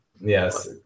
Yes